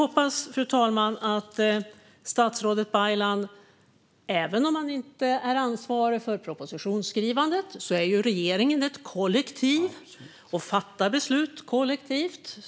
Även om statsrådet Baylan inte är ansvarig för propositionsskrivandet är ju regeringen ett kollektiv och fattar beslut kollektivt.